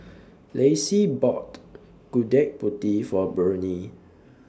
Lacie bought Gudeg Putih For A Burney